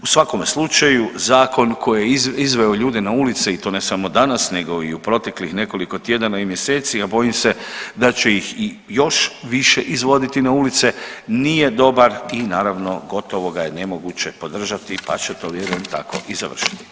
U svakome slučaju zakon koji je izveo ljude na ulice i to ne samo danas nego i u proteklih nekoliko tjedana i mjeseci, a bojim se da će ih i još više izvoditi na ulice, nije dobar i naravno gotovo ga je nemoguće podržati pa će to vjerujem tako i završiti.